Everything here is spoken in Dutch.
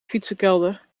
fietsenkelder